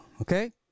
Okay